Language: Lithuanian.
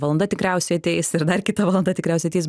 valanda tikriausiai ateis ir dar kita valanda tikriausiai ateis